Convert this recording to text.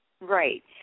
Right